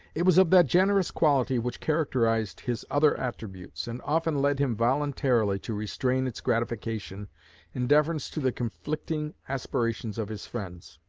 it was of that generous quality which characterized his other attributes, and often led him voluntarily to restrain its gratification in deference to the conflicting aspirations of his friends.